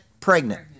pregnant